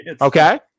Okay